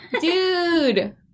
Dude